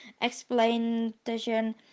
explanation